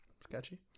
sketchy